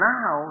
Now